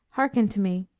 hearken to me